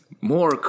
More